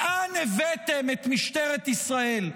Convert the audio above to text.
לאן הבאתם את משטרת ישראל?